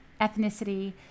ethnicity